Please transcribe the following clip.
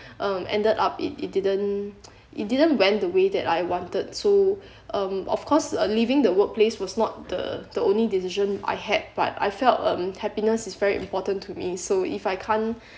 um ended up it it didn't it didn't went the way that I wanted to um of course uh leaving the workplace was not the the only decision I had but I felt um happiness is very important to me so if I can't